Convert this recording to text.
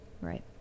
Right